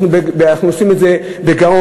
אנחנו עושים את זה בגאון,